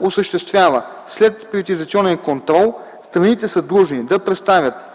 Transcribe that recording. осъществява следприватизационен контрол, страните са длъжни да представят